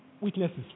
witnesses